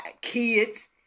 kids